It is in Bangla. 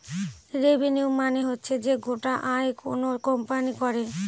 রেভিনিউ মানে হচ্ছে যে গোটা আয় কোনো কোম্পানি করে